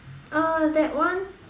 uh that one